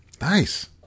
Nice